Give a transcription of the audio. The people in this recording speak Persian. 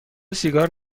سیگار